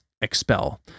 expel